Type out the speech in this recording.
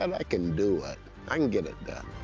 um i can do it. i can get it done.